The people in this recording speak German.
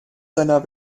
seiner